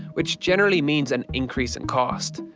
which generally means an increase in cost.